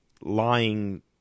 lying